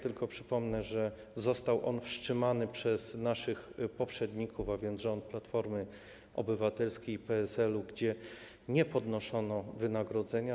Tylko przypomnę, że został on wstrzymany przez naszych poprzedników, a więc rząd Platformy Obywatelskiej i PSL-u, gdy nie podnoszono wynagrodzenia.